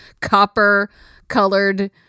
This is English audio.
copper-colored